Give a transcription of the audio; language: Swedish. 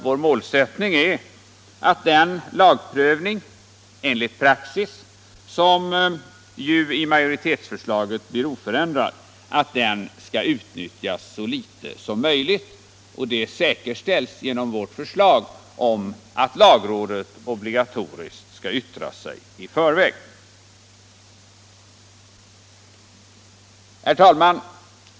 Vår målsättning är att denna lagprövning enligt praxis, som i majoritetsförslaget blir oförändrad, skall utnyttjas så litet som möjligt. Det säkerställs genom vårt förslag att lagrådet obligatoriskt skall yttra sig i förväg. Herr talman!